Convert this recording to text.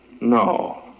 No